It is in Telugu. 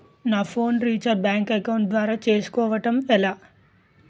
నా ఫోన్ రీఛార్జ్ బ్యాంక్ అకౌంట్ ద్వారా చేసుకోవటం ఎలా?